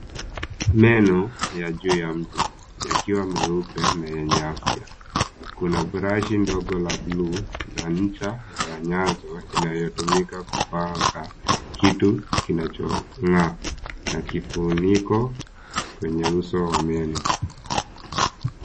Meno ya juu ya mtu yakiwa meupe na yenye afya. Kuna brashi ndogo la buluu na ncha ya nyanzwa inayotumika kupanga kitu kinachong'aa na kifuniko kwenye uso wa meno.